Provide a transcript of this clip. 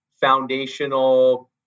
foundational